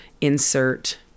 insert